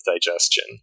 digestion